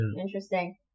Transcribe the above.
Interesting